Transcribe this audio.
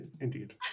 Indeed